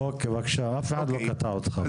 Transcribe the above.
אוקי, בבקשה, אף אחד לא קטע אותך.